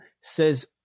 Says